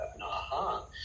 aha